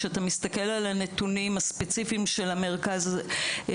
כשאתה מסתכל על הנתונים הספציפיים של המרכז הזה,